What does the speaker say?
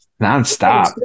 non-stop